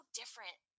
different